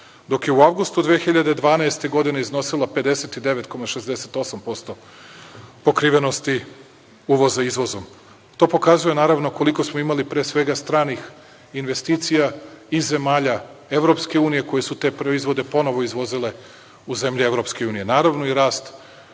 dok je avgustu 2012. godine iznosila 59,68% pokrivenosti uvoza izvozom. To pokazuje, naravno, koliko smo imali, pre svega, stranih investicija i zemalja EU koje su te proizvode ponovo izvozile u zemlje EU, naravno,